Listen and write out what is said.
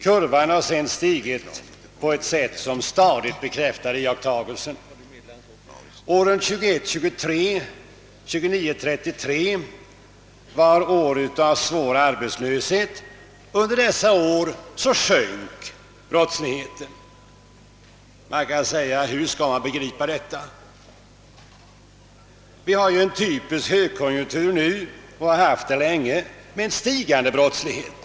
Kurvan har sedan stadigt stigit på ett sätt som bekräftar iakttagelsen. Under åren 1921—1923 och 1929—1933 rådde svår arbetslöshet. Under dessa år sjönk brottsligheten. Hur skall vi begripa detta? Vi har en typisk högkonjunktur nu och har haft den länge men vi har stigande = brottslighet.